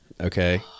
okay